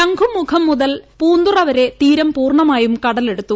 ശംഖുമുഖം മുതൽ പൂന്തുറവരെ തീരം പൂർണ്ണമായും കടലെടുത്തു